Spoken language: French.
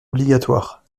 obligatoire